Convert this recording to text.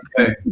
okay